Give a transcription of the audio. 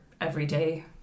everyday